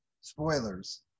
spoilers